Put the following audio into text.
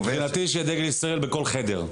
מבחינתי שיהיה דגל ישראל בכל חדר.